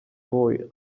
boy